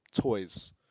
toys